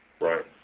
Right